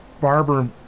Barber